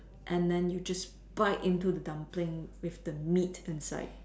and then you just bite into the dumpling with the meat inside